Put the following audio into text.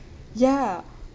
ya